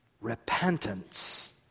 Repentance